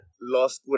Los